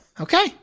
okay